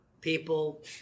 People